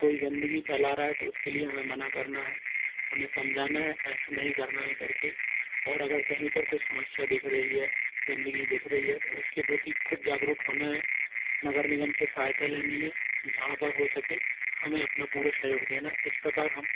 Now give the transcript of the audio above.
कोई गंदगी फैला रहा है तो उसके लिए हमें मना करना है उन्हें समझना है ऐसा नहीं करना है कर के और अगर कहीं पर कोई समस्या दिख रही है गंदगी दिख रही है तो उसके प्रति ख़ुद जागरूक होना है नगर निगम से सहायता लेनी है जहांँ पर हो सके हमें अपना पूरा सहयोग देना है इस प्रकार हम